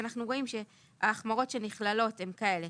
אנחנו רואים שההחמרות שנכללות הן כאלה,